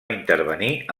intervenir